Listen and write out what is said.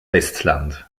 festland